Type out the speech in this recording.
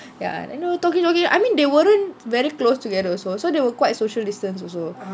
ya and they know talking I mean they weren't very close together also so they were quite social distance also